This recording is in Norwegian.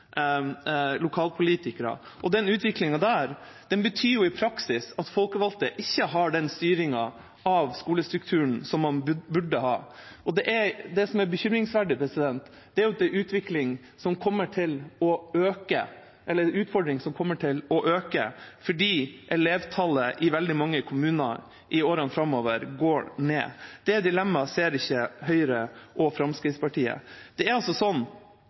lokalpolitikere. Den utviklingen betyr jo i praksis at folkevalgte ikke har den styringen av skolestrukturen som man burde ha. Det som er bekymringsfullt, er at det er en utfordring som kommer til å øke fordi elevtallet i veldig mange kommuner i årene framover går ned. Det dilemmaet ser ikke Høyre og Fremskrittspartiet. Selv en godkjenning av et begrenset antall private skoleplasser kan skape ganske store utfordringer for en kommune og for de offentlige skoleplassene. Det er ikke sånn